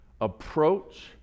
approach